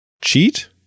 Cheat